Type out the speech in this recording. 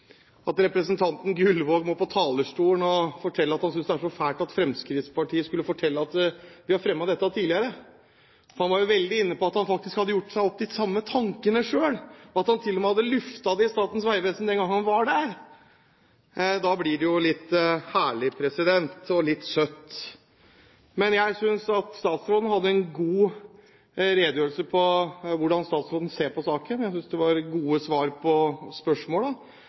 at representanten Gullvåg må opp på talerstolen og fortelle at han synes det er så fælt at Fremskrittspartiet forteller at man har fremmet dette tidligere. Han var inne på at han faktisk hadde gjort seg de samme tankene selv, at han til og med hadde luftet det i Statens vegvesen den gang han var der. Da blir det litt herlig og litt søtt. Men jeg synes at statsråden hadde en god redegjørelse om hvordan statsråden ser på saken. Jeg synes det var gode svar på